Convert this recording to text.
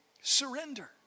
Surrender